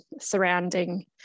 surrounding